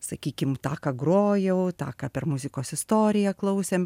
sakykim tą ką grojau tą ką per muzikos istoriją klausėm